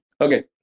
Okay